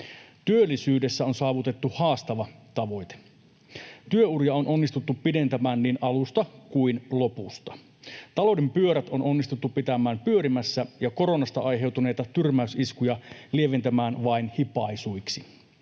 Työllisyydessä on saavutettu haastava tavoite. Työuria on onnistuttu pidentämään niin alusta kuin lopusta. Talouden pyörät on onnistuttu pitämään pyörimässä ja koronasta aiheutuneita tyrmäysiskuja lieventämään vain hipaisuiksi.